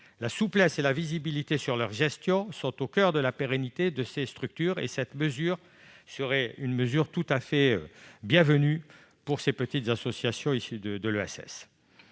La souplesse et la visibilité de leur gestion sont au coeur de la pérennité de ces structures. Cette mesure serait tout à fait bienvenue pour les petites associations issues de l'ESS.